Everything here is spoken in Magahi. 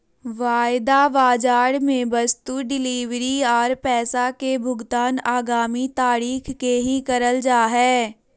वायदा बाजार मे वस्तु डिलीवरी आर पैसा के भुगतान आगामी तारीख के ही करल जा हय